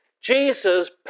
Jesus